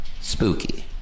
Spooky